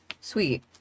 Sweet